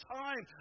time